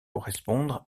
correspondre